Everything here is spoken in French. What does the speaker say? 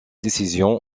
décision